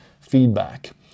feedback